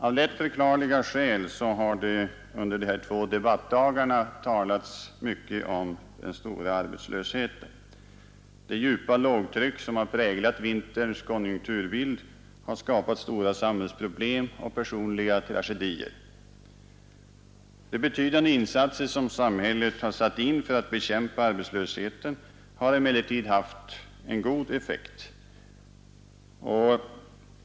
Av lättförklarliga skäl har det under dessa två debattdagar talats mycket om den stora arbetslösheten. Det djupa lågtryck som har präglat vinterns konjunkturbild har skapat stora samhällsproblem och personliga tragedier. De förebyggande insatser som samhället har gjort för att bekämpa arbetslösheten har emellertid haft en god effekt.